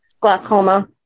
glaucoma